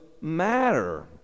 matter